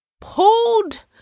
pulled